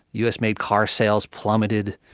us-made car sales plummeted.